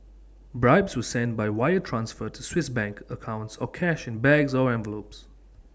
bribes were sent by wire transfer to Swiss bank accounts or cash in bags or envelopes